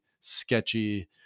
sketchy